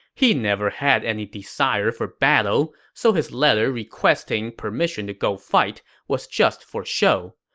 he never had any desire for battle, so his letter requesting permission to go fight was just for show.